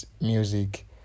music